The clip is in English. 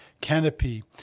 Canopy